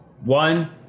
One